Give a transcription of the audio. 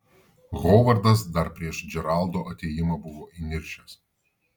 hovardas dar prieš džeraldo atėjimą buvo įniršęs